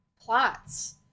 plots